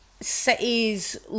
Cities